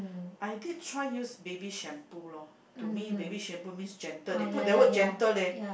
I did try use baby shampoo lor to me baby shampoo means gentle they put the word gentle leh